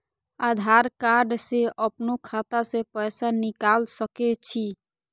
आधार कार्ड से अपनो खाता से पैसा निकाल सके छी?